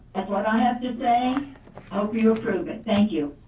that's what i have to say. i hope you approve it, thank you.